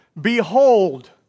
behold